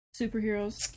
Superheroes